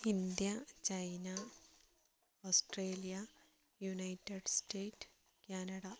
India China Australia United States Canada